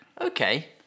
Okay